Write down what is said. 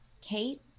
kate